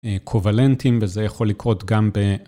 קובלנטים וזה יכול לקרות גם ב...